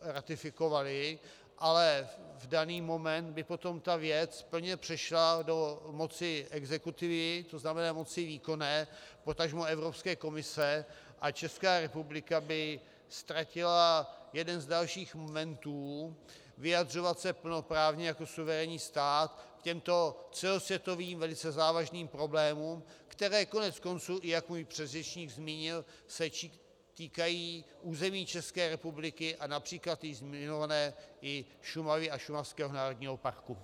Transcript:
ratifikovali, ale v daný moment by potom ta věc plně přešla do moci exekutivy, to znamená moci výkonné, potažmo Evropské komise, a Česká republika by ztratila jeden z dalších momentů vyjadřovat se plnoprávně jako suverénní stát k těmto celosvětovým velice závažným problémům, které koneckonců, i jak můj předřečník zmínil, se týkají území České republiky a například již zmiňované Šumavy a šumavského národního parku.